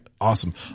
Awesome